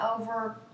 over